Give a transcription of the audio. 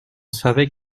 savait